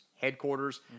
headquarters